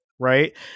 right